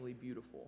beautiful